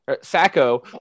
sacco